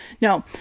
No